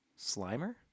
Slimer